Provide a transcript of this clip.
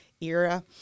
era